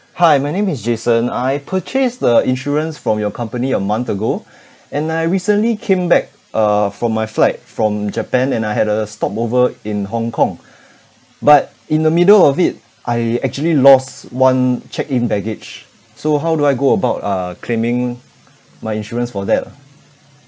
hi my name is jason I purchased the insurance from your company a month ago and I recently came back uh from my flight from japan and I had a stopover in hong kong but in the middle of it I actually lost one check in baggage so how do I go about uh claiming my insurance for that ah